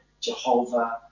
Jehovah